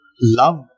love